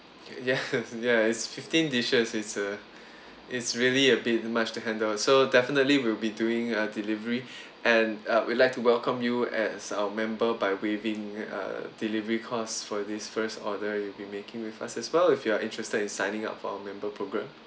ya ya it's fifteen dishes it's a it's really a bit much to handle so definitely we'll be doing a delivery and uh we'd like to welcome you as our member by waiving uh delivery cost for this first order you'll be making with us as well if you are interested in signing up for our member program